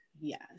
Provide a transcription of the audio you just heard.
Yes